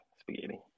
Spaghetti